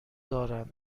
دارند